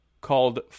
called